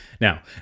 Now